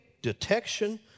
detection